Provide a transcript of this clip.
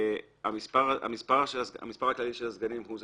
המספר הכללי של הסגנים הוא זה